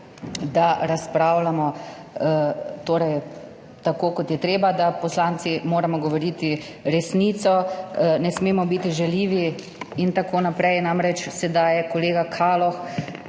da razpravljamo tako, kot je treba, da poslanci moramo govoriti resnico, ne smemo biti žaljivi in tako naprej. Namreč, sedaj je kolega Kaloh